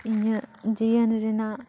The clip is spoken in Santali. ᱤᱧᱟᱹᱜ ᱡᱤᱭᱚᱱ ᱨᱮᱱᱟᱜ